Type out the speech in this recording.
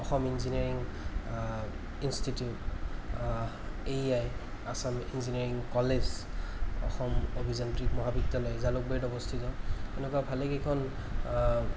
Assam engineering institute A E I Assam engineering college Assam অভিযান্ত্ৰিক মহাবিদ্য়ালয় জালুকবাৰীত অৱস্থিত এনেকুৱা ভালেকেইখন